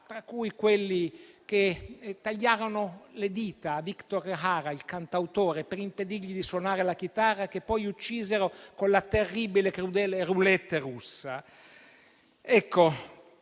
tra cui quelli che tagliarono le dita a Victor Jara, il cantautore, per impedirgli di suonare la chitarra, che poi uccisero con la terribile e crudele roulette russa. È